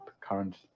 current